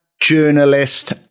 journalist